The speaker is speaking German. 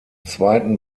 zweiten